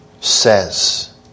says